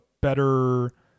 better